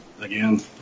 again